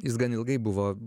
jis gan ilgai buvo